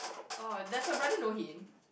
oh that's a better know him